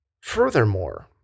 Furthermore